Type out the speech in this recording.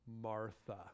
Martha